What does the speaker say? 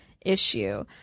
issue